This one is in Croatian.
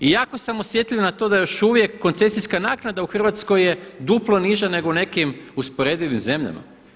I jako sam osjetljiv na to da još uvijek koncesijska naknada u Hrvatskoj je duplo niža u nekim usporedivim zemljama.